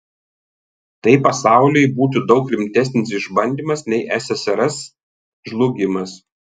tai pasauliui būtų daug rimtesnis išbandymas nei ssrs žlugimas